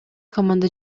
команда